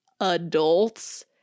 adults